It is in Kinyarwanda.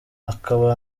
akaba